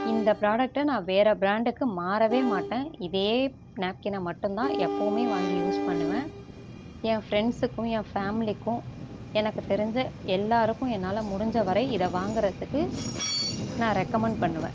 இந்த ப்ராடக்டை நான் வேற பிராண்டுக்கு மாறவே மாட்டேன் இதே நாப்கினை மட்டுந்தான் எப்பவுமே வாங்கி யூஸ் பண்ணுவேன் என் ஃப்ரண்ட்ஸுக்கும் என் ஃபேமிலிக்கும் எனக்குத் தெரிஞ்ச எல்லோருக்கும் என்னால் முடிஞ்ச வரை இதை வாங்கறதுக்கு நான் ரெக்கமெண்ட் பண்ணுவேன்